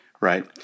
right